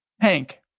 Hank